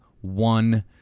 one